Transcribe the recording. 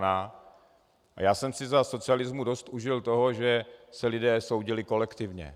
A já jsem si za socialismu dost užil toho, že se lidé soudili kolektivně.